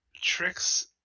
Tricks